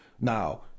Now